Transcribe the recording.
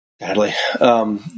Sadly